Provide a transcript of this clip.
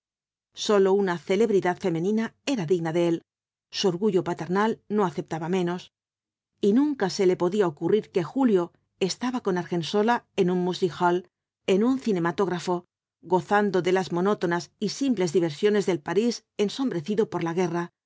sólo una celebridad femenina era digna de él su orgullo paternal no aceptaba menos y nunca se le podía ocurrir que julio estaba con argensola en un music hall en un cinematógrafo gozando de las monótonas y simples diversiones del parís ensombrecido por la guerra